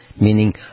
meaning